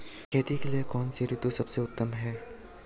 खेती के लिए कौन सी ऋतु सबसे उत्तम है?